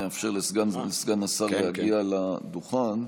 נאפשר לסגן השר להגיע לדוכן.